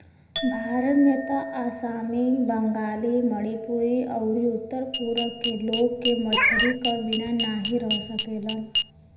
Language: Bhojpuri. भारत में त आसामी, बंगाली, मणिपुरी अउरी उत्तर पूरब के लोग के मछरी क बिना नाही रह सकेलन